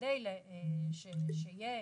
כדי שיהיה